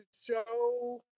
show